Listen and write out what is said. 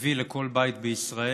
מביא לכל בית בישראל.